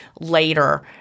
later